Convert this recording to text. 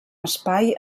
espai